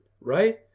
right